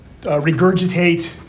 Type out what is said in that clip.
regurgitate